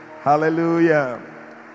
hallelujah